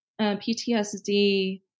PTSD